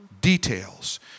details